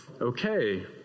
okay